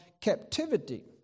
captivity